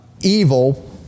evil